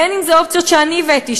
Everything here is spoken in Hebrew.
אם אופציות שאני הבאתי,